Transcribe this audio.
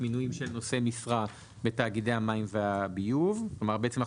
מינויים של נושא משרה בתאגידי המים והביוב כלומר אנו